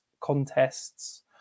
contests